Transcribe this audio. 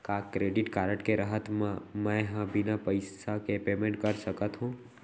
का credit card के रहत म, मैं ह बिना पइसा के पेमेंट कर सकत हो?